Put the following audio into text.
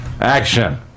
Action